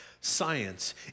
science